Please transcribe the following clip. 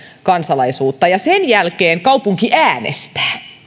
kansalaisuutta ja sen jälkeen kaupunki äänestää